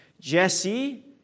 Jesse